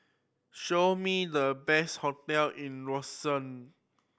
show me the best hotel in Roseau